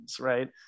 right